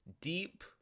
deep